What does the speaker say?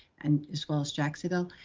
and as well as jacksonville,